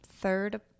third